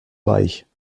weich